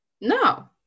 No